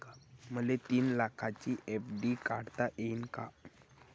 मले तीन लाखाची एफ.डी काढता येईन का?